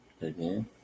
Again